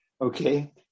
Okay